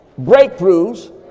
breakthroughs